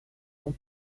long